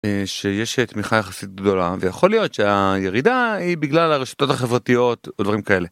יש תמיכה יחסית גדולה, ויכול להיות שהירידה היא בגלל הרשתות החברתיות או דברים כאלה.